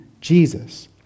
Jesus